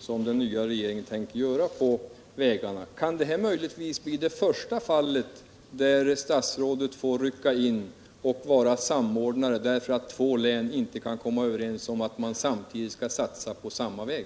som den nya regeringen kan göra på vägarna. Kan detta möjligen bli det första fall där statsrådet får rycka in som samordnare därför att två län inte kan komma överens om att samtidigt satsa på samma väg?